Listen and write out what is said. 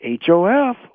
HOF